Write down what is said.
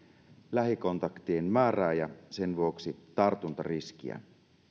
lähikontaktien määrää ja sen vuoksi tartuntariskiä